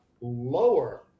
lower